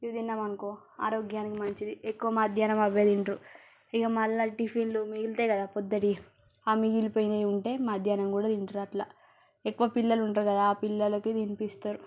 ఇవి తిన్నామనుకో ఆరోగ్యానికి మంచిది ఎక్కువ మధ్యాహ్నం అవే తింటారు ఇక మళ్ళీ టిఫిన్లు మిగులుతాయి కదా పొద్దునవి ఆ మిగిలిపోయినవి ఉంటే మధ్యాహ్నం కూడా తింటారు అట్లా ఎక్కువ పిల్లలు ఉంటారు కదా ఆ పిల్లలకి తినిపిస్తారు